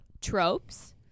tropes